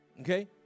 Okay